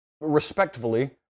respectfully